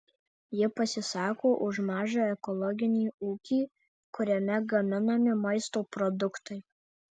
ji pasisako už mažą ekologinį ūkį kuriame gaminami maisto produktai